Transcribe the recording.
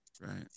Right